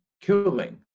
killing